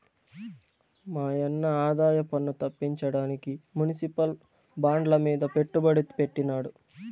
మాయన్న ఆదాయపన్ను తప్పించడానికి మునిసిపల్ బాండ్లమీద పెట్టుబడి పెట్టినాడు